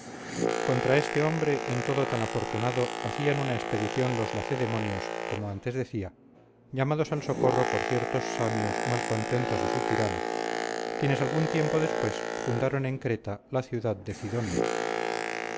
contra este hombre en todo tan afortunado hacían una expedición los lacedemonios como antes decía llamados al socorro por ciertos samios mal contentos de su tirano quienes algún tiempo después fundaron en creta la ciudad de cidonia